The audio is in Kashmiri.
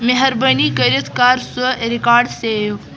مہربٲنی کٔرِتھ کَر سُہ ریکاڈ سیو